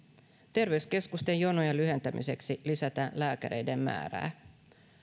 terveyskeskusten jonojen lyhentämiseksi lisätään lääkäreiden määrää